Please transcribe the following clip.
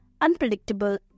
unpredictable